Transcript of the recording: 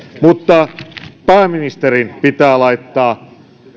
mutta pääministerin pitää laittaa